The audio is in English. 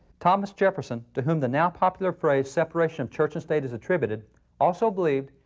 thomas jefferson to whom the now popular phrase separation of church and state is attributed also believed,